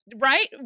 Right